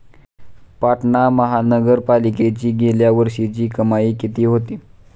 पाटणा महानगरपालिकेची गेल्या वर्षीची कमाई किती होती?